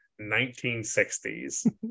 1960s